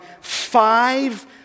five